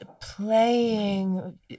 playing